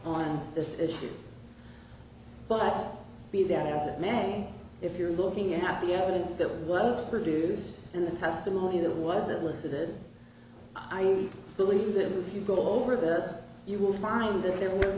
on this issue but be that as it may if you're looking at the evidence that was produced and the testimony that was it listed i believe that if you go over this you will find that there was